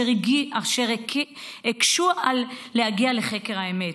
אשר הקשו על הגעה לחקר האמת.